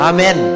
Amen